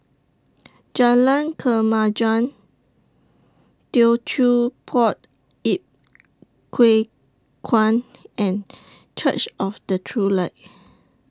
Jalan Kemajuan Teochew Poit Ip Kuan and Church of The True Light